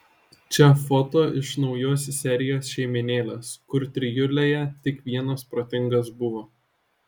čia foto iš naujos serijos šeimynėlės kur trijulėje tik vienas protingas buvo